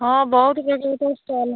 ହଁ ବହୁତ